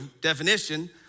definition